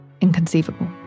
Inconceivable